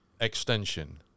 extension